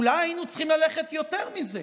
אולי היינו צריכים ללכת יותר מזה,